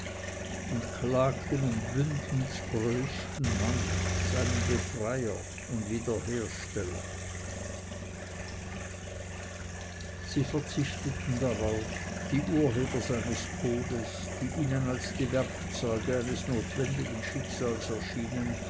und klagten um bündens größten mann seinen befreier und wiederhersteller sie verzichteten darauf die urheber seines todes die ihnen als die werkzeuge eines notwendigen schicksals erschienen